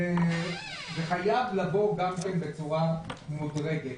זה חייב לבוא בצורה מדורגת.